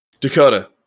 Dakota